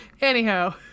Anyhow